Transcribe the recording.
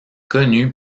connu